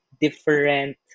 different